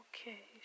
Okay